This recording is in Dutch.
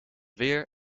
weer